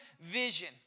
vision